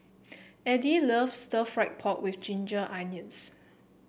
Eddie loves stir fry pork with Ginger Onions